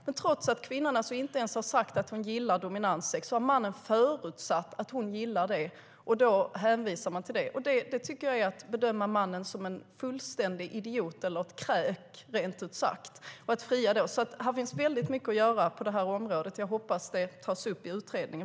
Men trots att kvinnan inte ens har sagt att hon gillar dominanssex har mannen förutsatt att hon gillar det och hänvisar till det. Det är att bedöma mannen som en fullständig idiot eller ett kräk, rent ut sagt, när han frias. På det här området finns det väldigt mycket att göra, och jag hoppas att det tas upp i utredningen.